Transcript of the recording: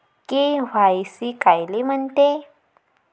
KYC कायले म्हनते?